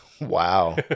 Wow